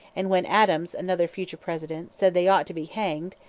and when adams, another future president, said they ought to be hanged,